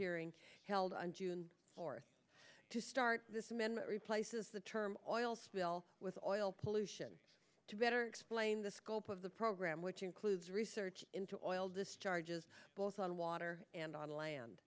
hearing held on june fourth to start this amendment replaces the term oil spill with oil pollution to better explain the scope of the program which includes research into oil discharges both on water and on land